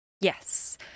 Yes